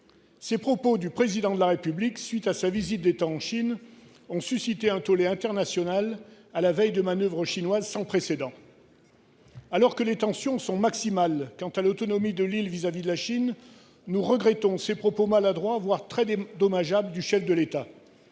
Ces propos du Président de la République, à la suite de sa visite d'État en Chine, ont suscité un tollé international à la veille de manoeuvres chinoises sans précédent. Alors que les tensions sont maximales en ce qui concerne l'autonomie de l'île à l'égard de la Chine, nous regrettons ces propos maladroits, voire tout à fait dommageables, du chef de l'État.